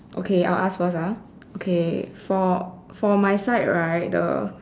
okay I'll ask first ah okay so for for my side right the